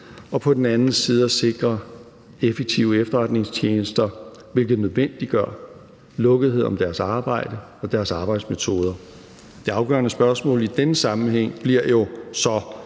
og på den anden side at sikre effektive efterretningstjenester, hvilket nødvendiggør lukkethed om deres arbejde og deres arbejdsmetoder. Det afgørende spørgsmål i denne sammenhæng bliver jo så,